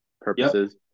purposes